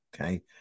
Okay